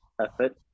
effort